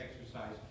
exercise